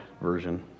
Version